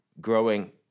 growing